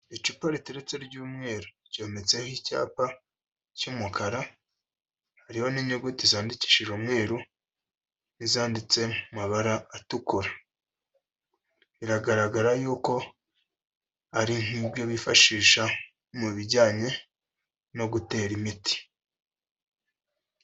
Icuparo riteretse ry'umweru, ryometseho icyapa cy'umukara, ririho n'inyuguti zandikishije umweru n'izanditse mu mabara atukura. Biragaragara yuko ari nk'ibyo bifashisha mu bijyanye no gutera imiti.